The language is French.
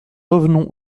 revenons